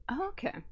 okay